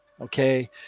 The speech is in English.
Okay